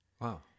Wow